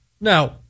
Now